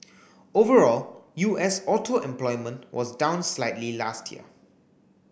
overall U S auto employment was down slightly last year